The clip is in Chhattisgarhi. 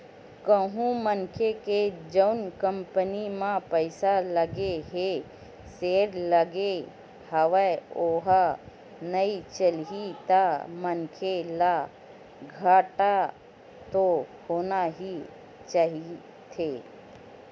कहूँ मनखे के जउन कंपनी म पइसा लगे हे सेयर लगे हवय ओहा नइ चलिस ता मनखे ल घाटा तो होना ही रहिथे